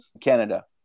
Canada